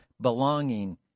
belonging